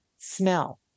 smell